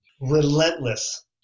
relentless